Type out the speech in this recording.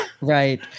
Right